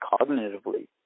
cognitively